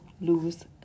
lose